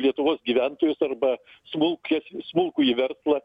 lietuvos gyventojus arba smulkia smulkųjį verslą